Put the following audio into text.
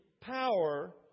power